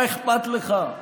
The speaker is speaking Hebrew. מה אכפת לך?